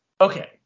Okay